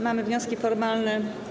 Mamy wnioski formalne.